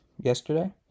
yesterday